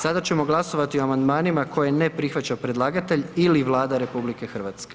Sada ćemo glasovati o amandmanima koje ne prihvaća predlagatelj ili Vlada RH.